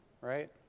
right